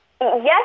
yes